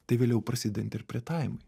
tai vėliau prasideda interpretavimui